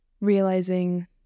realizing